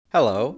Hello